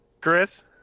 Chris